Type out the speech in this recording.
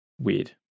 weird